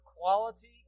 quality